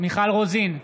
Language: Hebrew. מיכל רוזין,